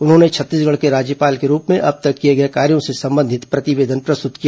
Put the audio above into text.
उन्होंने छत्तीसगढ़ के राज्यपाल के रूप में अब तक किए गए कार्यो से संबंधित प्रतिवेदन प्रस्तुत किया